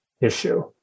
issue